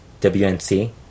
WNC